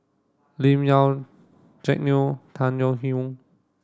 Lim Yau Jack Neo Tung Chye Hong